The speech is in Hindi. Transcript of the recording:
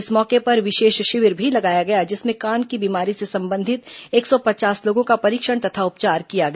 इस मौके पर विशेष शिविर भी लगाया गया जिसमें कान की बीमारी से संबंधित एक सौ पचास लोगों का परीक्षण तथा उपचार किया गया